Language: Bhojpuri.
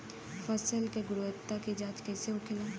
फसल की गुणवत्ता की जांच कैसे होखेला?